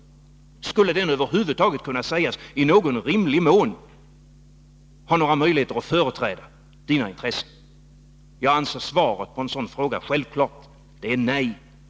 Skulle den över huvud taget kunna sägas i någon rimlig mån ha några möjligheter att företräda era intressen? Jag anser svaret på en sådan fråga vara självklart. Det är nej.